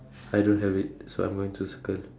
I don't have it so I'm going to circle